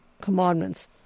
commandments